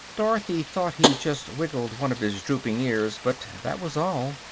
dorothy thought he just wiggled one of his drooping ears, but that was all.